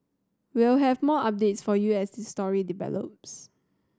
we'll have more updates for you as this story develops